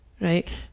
Right